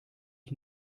ich